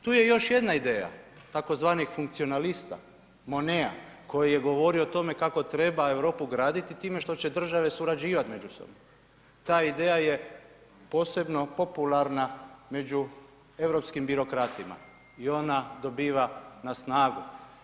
Tu je još jedna ideja tzv. funkcionalista Monea, koji je govorio o tome kako treba Europu graditi time što će države surađivati međusobno, ta ideja je posebno popularna među europskim birokratima i ona dobiva na snagu.